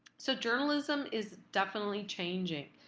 so journalism is definitely changing.